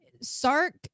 Sark